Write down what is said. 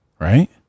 right